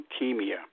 leukemia